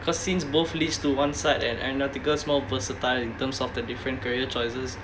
because since both leads to one side and aeronautical is more versatile in terms of the different career choices